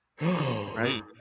Right